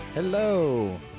Hello